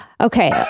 Okay